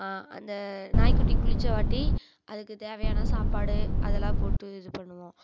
அந்த நாய்க்குட்டி குளிச்சவாட்டி அதுக்கு தேவையான சாப்பாடு அதெலாம் போட்டு இது பண்ணுவோம்